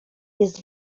jest